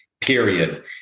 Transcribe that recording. period